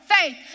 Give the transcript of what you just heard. faith